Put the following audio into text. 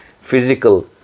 physical